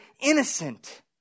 innocent